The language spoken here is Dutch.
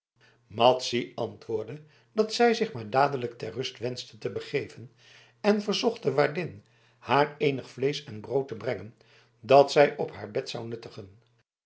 madzy antwoordde dat zij zich maar dadelijk ter rust wenschte te begeven en verzocht de waardin haar eenig vleesch en brood te brengen dat zij op haar bed zou nuttigen